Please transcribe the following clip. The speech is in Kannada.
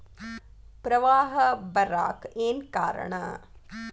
ಪ್ರವಾಹ ಬರಾಕ್ ಏನ್ ಕಾರಣ?